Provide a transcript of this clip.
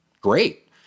great